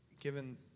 given